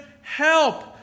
help